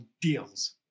deals